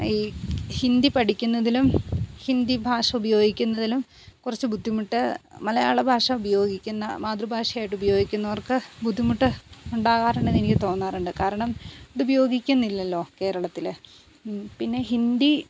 ഈ ഹിന്ദി പഠിക്കുന്നതിലും ഹിന്ദി ഭാഷ ഉപയോഗിക്കുന്നതിലും കുറച്ച് ബുദ്ധിമുട്ട് മലയാള ഭാഷ ഉപയോഗിക്കുന്നത് മാതൃഭാഷ ആയിട്ട് ഉപയോഗിക്കുന്നവർക്ക് ബുദ്ധിമുട്ട് ഉണ്ടാകാറുണ്ടെന്ന് എനിക്ക് തോന്നാറുണ്ട് കാരണം ഇത് ഉപയോഗിക്കുന്നില്ലല്ലോ കേരളത്തിൽ പിന്നെ ഹിന്ദി